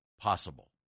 possible